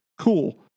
cool